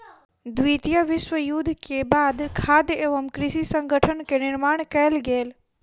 द्वितीय विश्व युद्ध के बाद खाद्य एवं कृषि संगठन के निर्माण कयल गेल